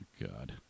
God